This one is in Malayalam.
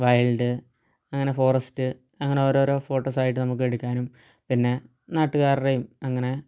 വൈൽഡ് അങ്ങനെ ഫോറസ്റ്റ് അങ്ങനെ ഓരോരോ ഫോട്ടോസായിട്ട് നമുക്ക് എടുക്കാനും പിന്നെ നാട്ടുകാരുടെയും അങ്ങനെ